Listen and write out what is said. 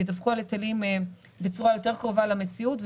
ידווחו על היטלים בצורה יותר קרובה למציאות,